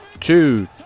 two